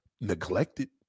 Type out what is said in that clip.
neglected